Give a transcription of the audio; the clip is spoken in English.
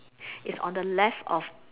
it's on the left of